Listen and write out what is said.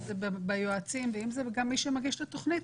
אם זה ביועצים ואם זה גם מי שמגיש את התוכנית,